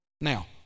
Now